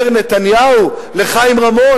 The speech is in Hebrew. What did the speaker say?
אומר נתניהו לחיים רמון,